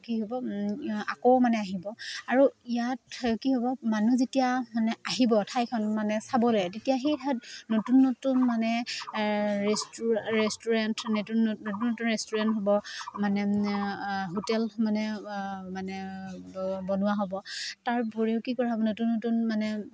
কি হ'ব আকৌ মানে আহিব আৰু ইয়াত কি হ'ব মানুহ যেতিয়া মানে আহিব ঠাইখন মানে চাবলে তেতিয়া সেইঠাইত নতুন নতুন মানে ৰেষ্টুৰেণ্ট নতুন নতুন নতুন ৰেষ্টুৰেণ্ট হ'ব মানে হোটেল মানে বনোৱা হ'ব তাৰ উপৰিও কি কৰা হব নতুন নতুন মানে